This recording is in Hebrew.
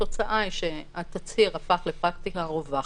התוצאה היא שהתצהיר הפך לפרקטיקה רווחת,